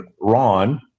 Ron